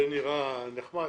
זה נראה נחמד